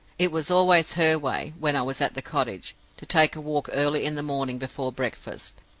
it was always her way, when i was at the cottage, to take a walk early in the morning before breakfast.